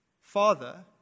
Father